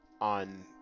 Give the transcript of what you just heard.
on